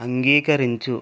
అంగీకరించు